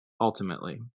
ultimately